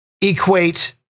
equate